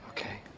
Okay